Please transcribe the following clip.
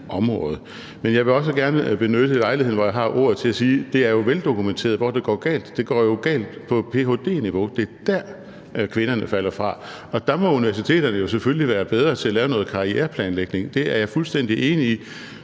område? Men jeg vil også gerne benytte lejligheden nu, hvor jeg har ordet, til at sige, at det jo er veldokumenteret, hvor det går galt. Det går jo galt på ph.d.-niveau. Det er dér, kvinderne falder fra, og der må universiteterne selvfølgelig være bedre til at lave noget karriereplanlægning. Det er jeg fuldstændig enig i.